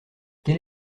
quel